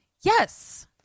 yes